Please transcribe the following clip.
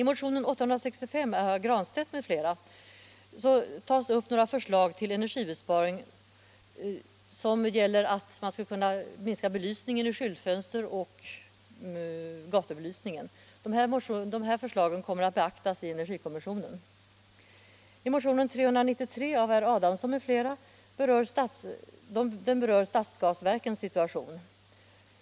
Motionen 393 av herr Adamsson m.fl. berör stadsgasverkens situation.